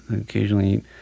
occasionally